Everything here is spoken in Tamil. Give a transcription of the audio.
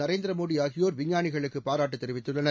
நரேந்திர மோடி ஆகியோர் விஞ்ஞானிகளுக்கு பாராட்டு தெரிவித்துள்ளனர்